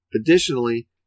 Additionally